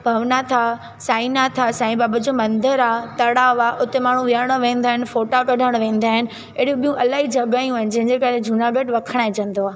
भवनाथ आहे साईंनाथ आहे साईं बाबा जो मंदरु आहे तलाउ आहे हुते माण्हू विहण वेंदा आहिनि फ़ोटा कढण वेंदा आहिनि अहिड़ियूं ॿियूं इलाही जॻहायूं आहिनि जंहिंजे करे जूनागढ़ वखणाएजंदो आहे